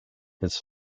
his